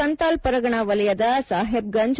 ಸಂತಾಲ್ ಪರಗಣ ವಲಯದ ಸಾಹೇಬ್ಗಂಜ್